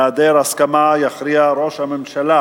בהיעדר הסכמה יכריע ראש הממשלה.